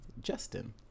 justin